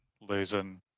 losing